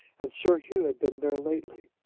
and sir hugh had been there lately.